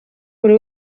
buri